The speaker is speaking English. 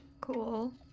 Cool